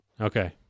okay